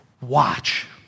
watch